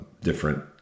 different